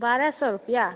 बारह सौ रुपया